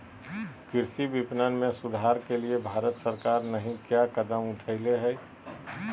कृषि विपणन में सुधार के लिए भारत सरकार नहीं क्या कदम उठैले हैय?